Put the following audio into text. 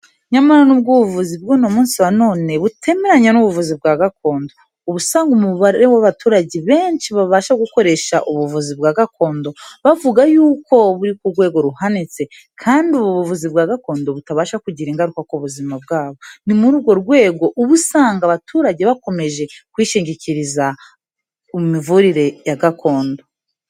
Nyamara n'ubwo ubu buvuzi bw'uo munsi wa none butemeranya n'ubuvuzi bwa gakondo, uba usanga umubare w'abaturage benshi babasha gukoresha ubuvuzi bwa gakondo, bavuga yuko buri ku rwego ruhanitse kandi ubu buvuzi bwa gakondo butabasha kugira ingaruka ku buzima bwabo, ni muri urwo rwego uba usanga abaturage bakomeje kwishingikiriza ku mivurire ya gakondo.